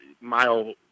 mile